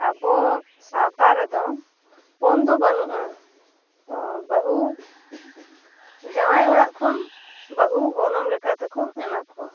ᱟᱵᱚ ᱥᱟᱶᱛᱟ ᱨᱮᱫᱚ ᱯᱚᱱ ᱫᱚ ᱵᱟᱹᱱᱩᱜ ᱟ ᱛᱚ ᱵᱟᱹᱦᱩ ᱡᱟᱶᱟᱭ ᱚᱲᱟᱜ ᱠᱷᱚᱱ ᱵᱟᱹᱦᱩ ᱜᱚᱱᱚᱝ ᱞᱮᱠᱟ ᱛᱮᱠᱚ ᱮᱢᱟ ᱠᱚᱣᱟ